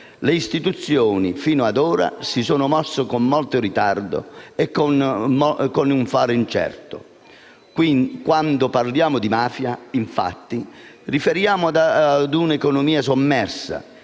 le istituzioni fino ad ora si sono mosse con molto ritardo e con un fare incerto. Quando parliamo di mafia, infatti, ci riferiamo ad un'economia sommersa